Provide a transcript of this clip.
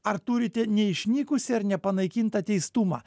ar turite neišnykusį ar nepanaikintą teistumą